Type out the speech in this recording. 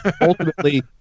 ultimately